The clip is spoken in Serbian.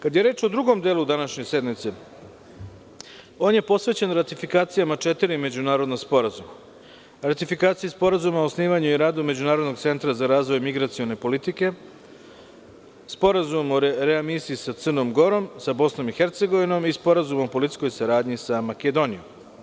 Kada je reč o drugom delu današnje sednice, on je posvećen ratifikacijama četiri međunarodna sporazuma, ratifikaciji Sporazuma o osnivanju i radu međunarodnog centra za razvoj migracione politike, Sporazuma o readmisiji sa Crnom Gorom, sa BiH i Sporazum o policijskoj saradnji sa Makedonijom.